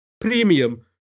premium